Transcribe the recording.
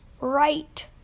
right